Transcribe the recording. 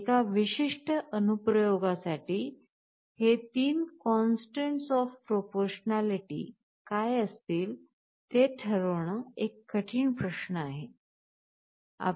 एका विशिष्ट अनुप्रयोगासाठी हे तीन काँस्टंट्स ऑफ प्रोपोरशनॅलिटी काय असतील ते ठरवण एक कठीण प्रश्न आहे